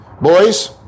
Boys